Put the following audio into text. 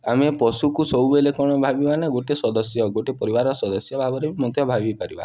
ଆମେ ପଶୁକୁ ସବୁବେଳେ କ'ଣ ଭାବିବା ନା ଗୋଟେ ସଦସ୍ୟ ଗୋଟେ ପରିବାର ସଦସ୍ୟ ଭାବରେ ମଧ୍ୟ ଭାବିପାରିବା